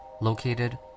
located